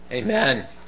Amen